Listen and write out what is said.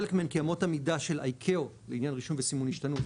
חלק מהן כי אמות המידה של ה-ICAO בעניין רישום וסימון השתנו,